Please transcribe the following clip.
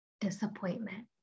disappointment